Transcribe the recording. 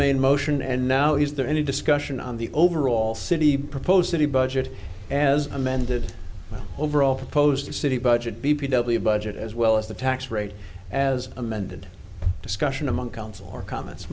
main motion and now is there any discussion on the overall city proposed city budget as amended overall proposed to city budget b p w budget as well as the tax rate as amended discussion among council or comments